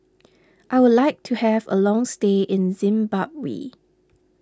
I would like to have a long stay in Zimbabwe